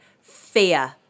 Fear